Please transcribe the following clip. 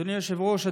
אדוני היושב-ראש,